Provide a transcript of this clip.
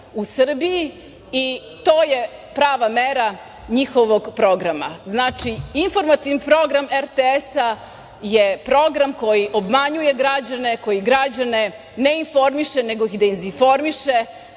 u Srbiji i to je prava mera njihovog programa. Znači, informativni program RTS-a je program koji obmanjuje građane, koji građane ne informiše nego ih dezinformiše,